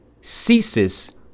ceases